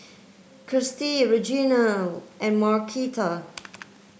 Kirstie Reginal and Marquita